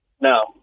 no